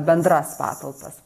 bendras patalpas